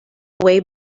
way